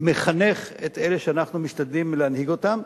מחנך את אלה שאנחנו משתדלים להנהיג אותם.